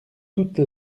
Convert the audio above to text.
toute